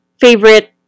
favorite